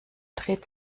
dreht